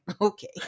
Okay